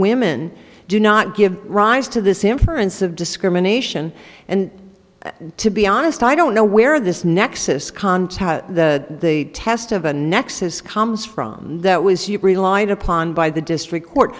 women do not give rise to this inference of discrimination and to be honest i don't know where this nexus contact the test of a nexus comes from that was you relied upon by the district court